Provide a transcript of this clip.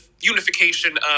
unification